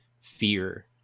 fear